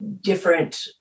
different